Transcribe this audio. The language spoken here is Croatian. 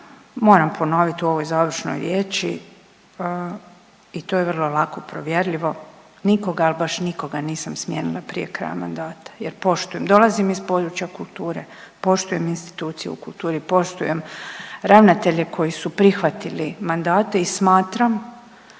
Moram ponoviti u ovoj završnoj riječi i to je vrlo lako provjerljivo, nikoga, ali baš nikoga nisam smijenila prije kraja mandata jer poštujem, dolazim iz područja kulture, poštujem institucije u kulturi, poštujem ravnatelje koji su prihvatili mandate i smatram